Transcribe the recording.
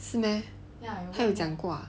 是 meh 他有讲过 ah